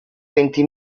venti